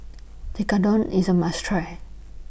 Tekkadon IS A must Try